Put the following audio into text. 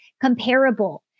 comparable